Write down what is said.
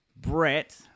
Brett